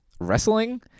wrestling